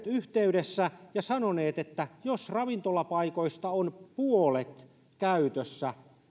yhteydessä ja sanonut että jos ravintolapaikoista on puolet käytössä